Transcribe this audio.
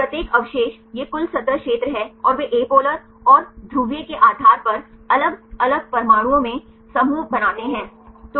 तो प्रत्येक अवशेष यह कुल सतह क्षेत्र है और वे एपोलर और ध्रुवीय के आधार पर अलग अलग परमाणुओं में समूह बनाते हैं